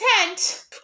intent